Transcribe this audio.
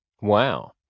Wow